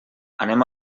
anem